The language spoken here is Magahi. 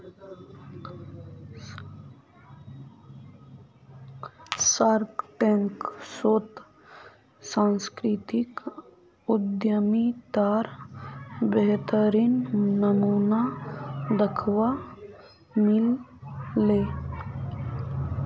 शार्कटैंक शोत सांस्कृतिक उद्यमितार बेहतरीन नमूना दखवा मिल ले